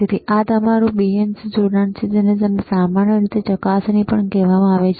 તેથી આ તમારું BNC જોડાણ છે તેને સામાન્ય રીતે ચકાસણી પણ કહેવામાં આવે છે